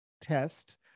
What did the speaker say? test